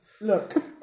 Look